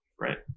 right